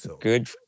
Good